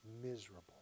miserable